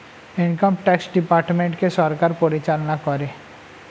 income tax ডিপার্টমেন্টকে সরকার পরিচালনা করে